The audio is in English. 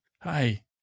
hi